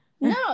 no